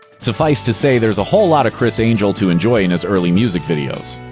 suffice to say, there's a whole lot of criss angel to enjoy in his early music videos.